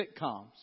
sitcoms